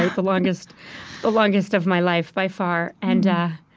right? the longest ah longest of my life by far. and